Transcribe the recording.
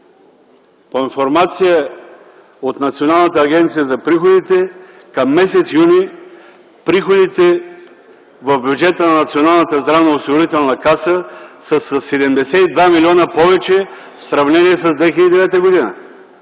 По информация от Националната агенция по приходите към м. юни приходите в бюджета на Националната здравноосигурителна каса са със 72 милиона повече в сравнение с 2009 г.,